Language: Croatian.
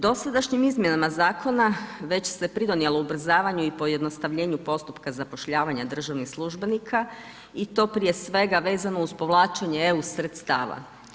Dosadašnjim izmjenama zakona već se pridonijelo ubrzavanju i pojednostavljenju postupka zapošljavanja državnih službenika i to prije svega vezano uz povlačenje EU sredstava.